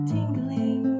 Tingling